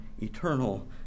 eternal